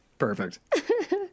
perfect